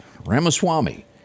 Ramaswamy